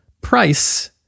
price